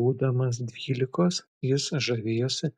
būdamas dvylikos jis žavėjosi